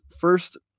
first